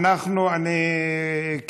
אתה לא צריך להצטער, הם צריכים להצטער.